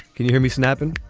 can you hear me snapping?